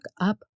up